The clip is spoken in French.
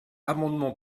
amendement